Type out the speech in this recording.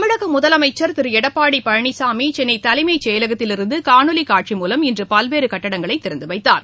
தமிழக முதலமைச்சர் திரு எடப்பாடி பழனிசாமி சென்னை தலைமைச் செயலகத்திலிருந்து காணொலி காட்சி மூலம் இன்று பல்வேறு கட்டடங்களைத் திறந்துவைத்தார்